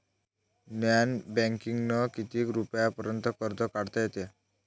Non बँकिंगनं किती रुपयापर्यंत कर्ज काढता येते?